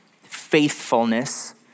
faithfulness